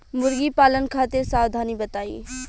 मुर्गी पालन खातिर सावधानी बताई?